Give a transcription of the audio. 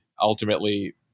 ultimately